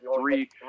three